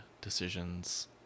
decisions